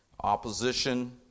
opposition